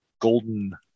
golden